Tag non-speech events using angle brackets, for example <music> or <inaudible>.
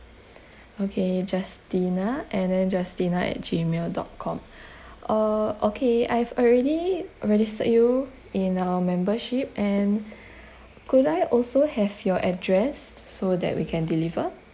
okay justina and then justina at gmail dot com <breath> uh okay I've already registered you in our membership and <breath> could I also have your address so that we can deliver